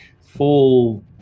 full